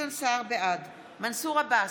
בעד מנסור עבאס,